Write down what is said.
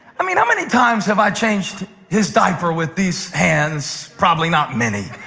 i mean how many times have i changed his diaper with these hands? probably not many.